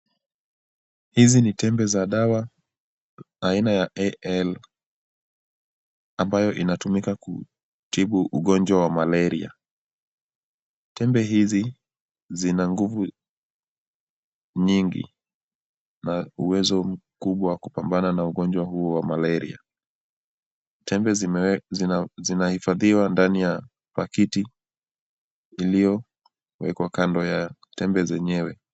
Hizi ni tembe za dawa aina ya AL ambayo inatumika kutibu ugonjwa wa malaria. Tembe hizi zina nguvu nyingi na uwezo mkubwa wa kupambana na ugonjwa huo wa malaria. Tembe zinahifadhiwa ndani ya pakiti iliyowekwa kando ya tembe zenyewe.